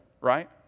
right